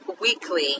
weekly